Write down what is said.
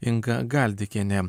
inga galdikienė